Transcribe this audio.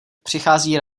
přichází